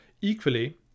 Equally